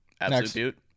Absolute